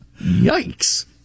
Yikes